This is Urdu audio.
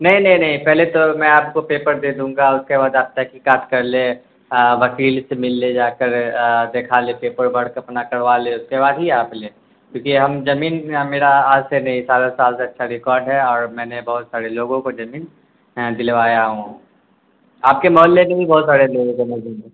نہیں نہیں نہیں پہلے تو میں آپ کو پیپر دے دوں گا اس کے بعد آپ تحقیقات کر لے وکیل سے مل لے جا کر دیکھا لے پیپر ورک اپنا کروا لے اس کے بعد ہی آپ لیں کیونکہ ہم زمین میرا آج سے نہیں سارا سال سے اچھا ریکارڈ ہے اور میں نے بہت سارے لوگوں کو زمین دلوایا ہوں آپ کے محلے میں بھی بہت سارے لوگوں کو